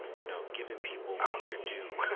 you know, giving people what they're due,